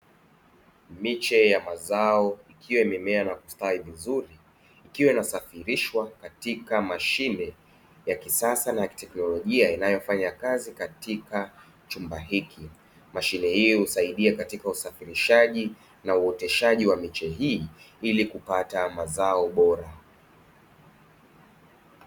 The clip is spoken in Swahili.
Miche ya mazao ikiwa imemea na kustawi vizuri, ikiwa inasafirishwa katika Mashine ya kisasa na ya kiteknolojia inayofanyakazi katika chumba hiki; Mashine hii usaidia katika usafirishaji na uoteshaji wa miche hii ili kupata mazao bora.